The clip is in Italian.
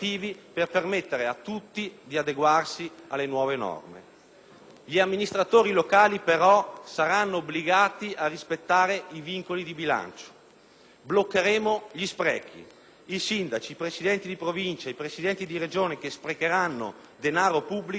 Gli amministratori locali però saranno obbligati a rispettare i vincoli di bilancio. Bloccheremo gli sprechi: i sindaci, i presidenti di Province e di Regioni che sprecheranno denaro pubblico saranno commissariati e non potranno più essere eletti.